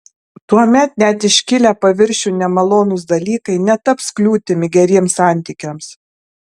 tuomet net iškilę paviršiun nemalonūs dalykai netaps kliūtimi geriems santykiams